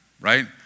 right